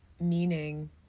meaning